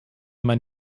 mein